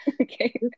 Okay